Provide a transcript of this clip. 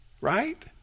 Right